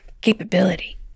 capability